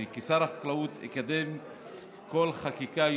וכשר החקלאות אקדם כל חקיקה,